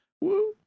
Woo